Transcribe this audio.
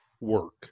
work